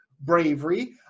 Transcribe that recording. bravery